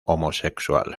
homosexual